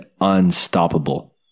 unstoppable